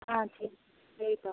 ஆ சரி சரிப்பா